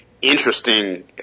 interesting